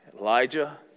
Elijah